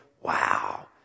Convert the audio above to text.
wow